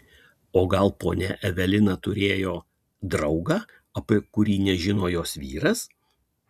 o gal ponia evelina turėjo draugą apie kurį nežino jos vyras